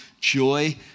joy